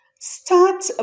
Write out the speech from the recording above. Start